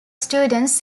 students